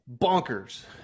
Bonkers